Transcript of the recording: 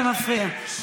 זה מפריע.